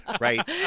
Right